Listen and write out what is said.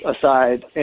aside